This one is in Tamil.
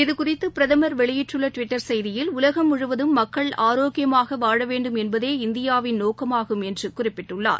இது குறித்து பிரதம் வெளியிட்டுள்ள டுவிட்டர் செய்தியில் உலகம் முழுவதும் மக்கள் ஆரோக்கியமாக வாழ வேண்டும் என்பதே இந்தியாவின் நோக்கமாகும் என்று குறிப்பிட்டுள்ளார்